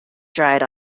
dried